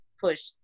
push